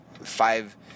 five